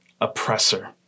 oppressor